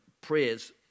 prayers